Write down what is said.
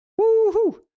Woohoo